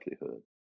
likelihood